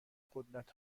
قدرت